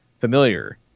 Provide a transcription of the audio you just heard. familiar